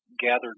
gathered